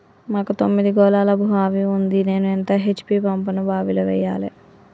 మాకు తొమ్మిది గోళాల బావి ఉంది నేను ఎంత హెచ్.పి పంపును బావిలో వెయ్యాలే?